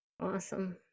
Awesome